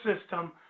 system